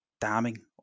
damning